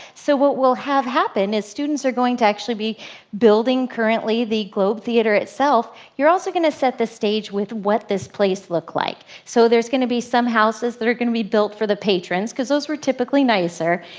so what we'll have happen is students are going to actually be building currently the globe theater itself. you're also gonna set the stage with what this place look like. so, there's gonna be some houses that are gonna be built for the patrons because those were typically nicer.